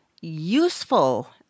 useful